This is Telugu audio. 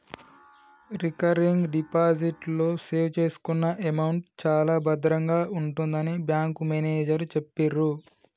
రికరింగ్ డిపాజిట్ లో సేవ్ చేసుకున్న అమౌంట్ చాలా భద్రంగా ఉంటుందని బ్యాంకు మేనేజరు చెప్పిర్రు